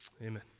Amen